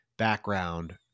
background